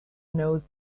knows